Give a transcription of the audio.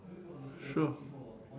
sure